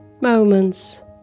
moments